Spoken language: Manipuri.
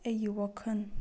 ꯑꯩꯒꯤ ꯋꯥꯈꯜ